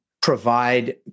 provide